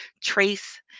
trace